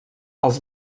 els